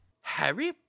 Harry